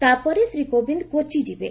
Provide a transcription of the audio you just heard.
ତା'ପରେ ଶ୍ରୀ କୋବିନ୍ଦ କୋଚି ଯିବେ